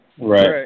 Right